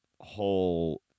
whole